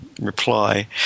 reply